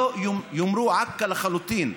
לא יאמרו עכא, לחלוטין.